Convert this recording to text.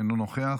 אינו נוכח,